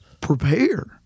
prepare